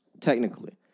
technically